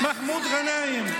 מקריא שמות של מחבלים.